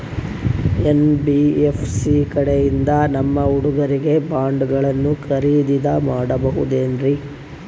NBFC ಕಡೆಯಿಂದ ನಮ್ಮ ಹುಡುಗರಿಗೆ ಬಾಂಡ್ ಗಳನ್ನು ಖರೀದಿದ ಮಾಡಬಹುದೇನ್ರಿ?